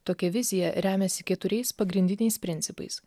tokia vizija remiasi keturiais pagrindiniais principais